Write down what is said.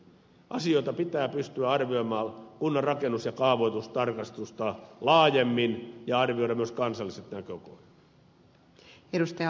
asioita pitää pystyä arvioimaan kunnan rakennus ja kaavoitustarkastusta laajemmin ja arvioida myös kansalliset näkökohdat